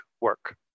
work